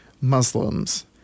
Muslims